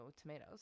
tomatoes